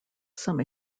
some